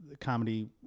comedy